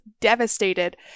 devastated